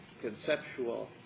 conceptual